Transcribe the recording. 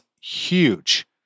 huge